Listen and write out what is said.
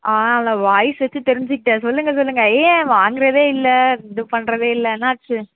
ஆ நான் வாய்ஸ் வச்சு தெரிஞ்சுக்கிட்டேன் சொல்லுங்கள் சொல்லுங்கள் ஏன் வாங்குறதே இல்லை இது பண்ணுறதே இல்லை என்னாச்சு